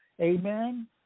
Amen